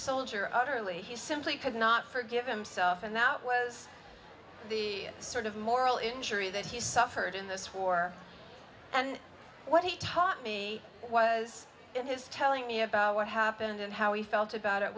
soldier utterly he simply could not forgive himself and that was the sort of moral injury that he suffered in this war and what he taught me was in his telling me about what happened and how he felt about it